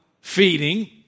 feeding